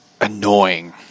annoying